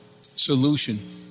solution